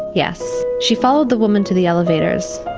yes. she followed the woman to the elevators,